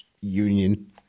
union